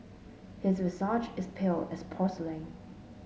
his visage is pale as porcelain